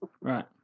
Right